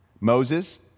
Moses